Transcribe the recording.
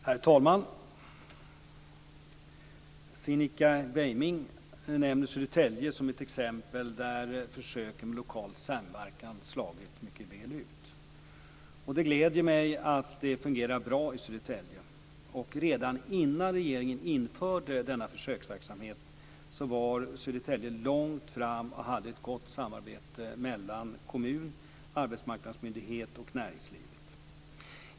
Herr talman! Cinnika Beiming nämner Södertälje som ett exempel där försöken med lokal samverkan slagit väl ut. Det gläder mig att det fungerar bra i Södertälje. Redan innan regeringen införde denna försöksverksamhet låg Södertälje kommun långt fram och hade ett gott samarbete mellan kommun, arbetsmarknadsmyndighet och näringslivet.